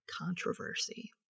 controversy